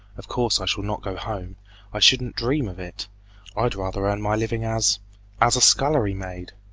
of course i shall not go home i shouldn't dream of it i'd rather earn my living as as a scullery maid.